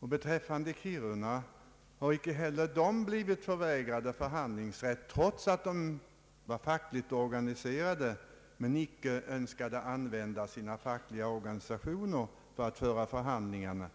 Inte heller i Kirunakonflikten har de deltagande förvägrats förhandlingsrätt, trots att de var fackligt organiserare men icke önskade utnyttja sina fackliga organisationer för förhandlingarna.